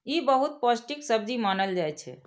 ई बहुत पौष्टिक सब्जी मानल जाइ छै